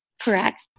correct